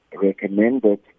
recommended